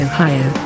Ohio